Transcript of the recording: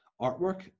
artwork